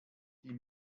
die